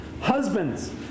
Husbands